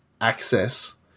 access